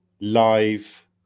live